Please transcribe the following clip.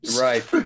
Right